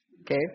okay